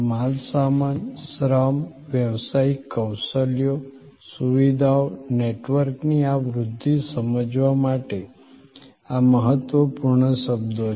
માલસામાન શ્રમ વ્યાવસાયિક કૌશલ્યો સુવિધાઓ નેટવર્કની આ વૃધ્ધિ સમજવા માટે આ મહત્વપૂર્ણ શબ્દો છે